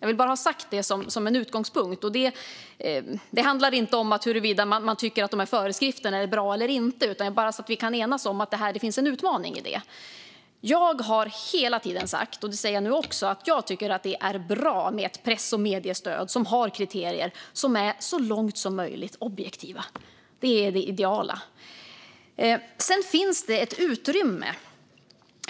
Jag vill bara ha sagt som en utgångspunkt att det inte handlar om huruvida man tycker att föreskrifterna är bra eller inte, bara så att vi kan enas om att det finns en utmaning i detta. Jag har hela tiden sagt, och säger det nu också, att jag tycker att det är bra med ett press och mediestöd som har kriterier som så långt möjligt är objektiva. Det är det ideala. Sedan finns det ett utrymme